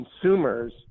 consumers